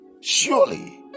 Surely